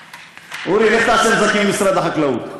אורי, לך תעשה נזקים במשרד החקלאות.